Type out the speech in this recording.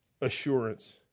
assurance